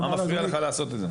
מה מפריע לך לעשות את זה?